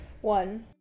One